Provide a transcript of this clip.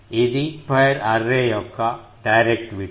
ఇది end fire array యొక్క directivity